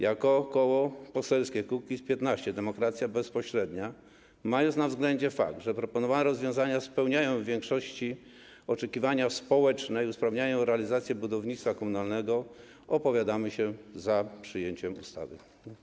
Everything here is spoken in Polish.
Jako Koło Poselskie Kukiz’15 - Demokracja Bezpośrednia, mając na względzie fakt, że proponowane rozwiązania spełniają w większości oczekiwania społeczne i usprawniają realizację budownictwa komunalnego, opowiadamy się za przyjęciem ustawy.